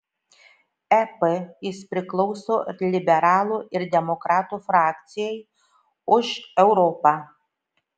ep jis priklauso liberalų ir demokratų frakcijai už europą